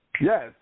Yes